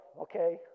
okay